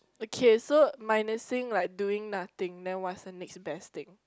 okay so minusing like doing nothing then what's the next best thing